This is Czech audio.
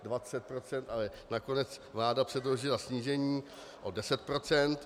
Dvacet procent, ale nakonec vláda předložila snížení o deset procent.